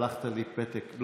שלחת לי פתק.